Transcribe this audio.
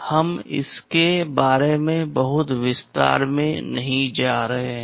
हम इसके बारे में बहुत विस्तार में नहीं जा रहे हैं